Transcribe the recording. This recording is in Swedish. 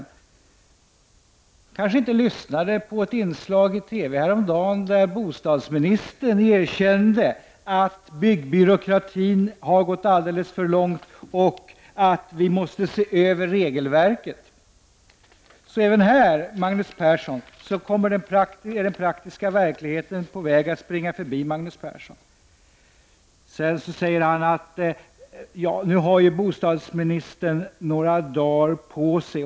Han kanske inte lyssnade på ett inslag i TV häromdagen, där bostadsministern erkände att byggbyråkratin har fått växa alldeles för mycket och att vi måste göra en översyn av regelverken. Så även i denna fråga är den praktiska verkligheten på väg att springa förbi Magnus Persson. Vidare sade Magnus Persson att bostadsministern nu har några dagar på sig.